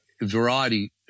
variety